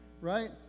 right